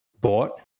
bought